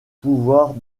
pouvoirs